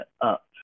up